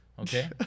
Okay